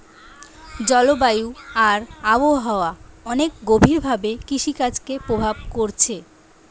জলবায়ু আর আবহাওয়া অনেক গভীর ভাবে কৃষিকাজকে প্রভাব কোরছে